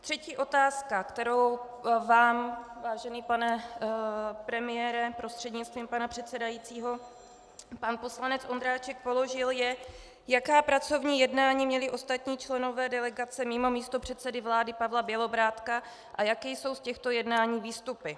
Třetí otázka, kterou vám, vážený pane premiére prostřednictvím pana předsedajícího, pan poslanec Ondráček položil, je, jaká pracovní jednání měli ostatní členové delegace mimo místopředsedy vlády Pavla Bělobrádka a jaké jsou z těchto jednání výstupy.